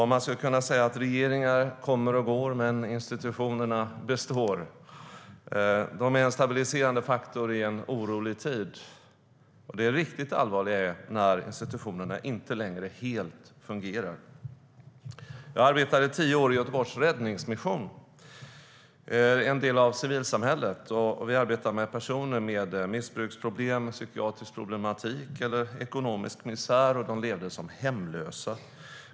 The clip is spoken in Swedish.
Man skulle kunna säga att regeringar kommer och går men institutionerna består. De är en stabiliserande faktor i en orolig tid. Det riktigt allvarliga är när institutionerna inte längre helt fungerar. Jag arbetade i tio år i Göteborgs Räddningsmission, som är en del av civilsamhället. Vi arbetade med personer med missbruksproblem, psykiatrisk problematik eller ekonomisk misär, och de levde som hemlösa.